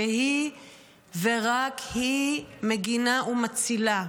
שהיא ורק היא מגינה ומצילה.